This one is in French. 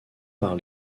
par